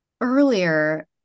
Earlier